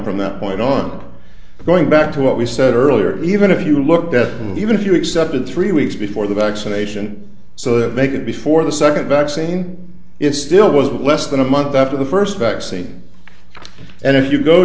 from that point on going back to what we said earlier even if you look better even if you accepted three weeks before the vaccination so that they could before the second vaccine it still was less than a month after the first vaccine and if you go